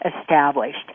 established